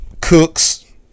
Cooks